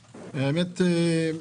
בבקשה.